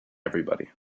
everybody